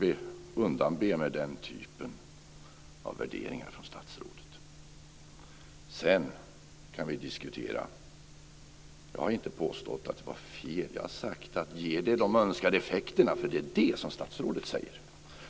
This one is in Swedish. Jag undanber mig den typen av värderingar från statsrådet. Sedan kan vi diskutera vidare. Jag har inte påstått att det var fel. Jag har frågat: Ger det de önskade effekterna? Det är det statsrådet säger.